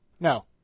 No